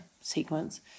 sequence